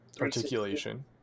articulation